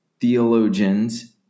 theologians